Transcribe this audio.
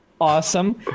Awesome